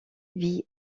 vit